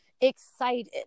excited